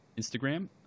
Instagram